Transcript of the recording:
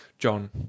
John